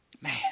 man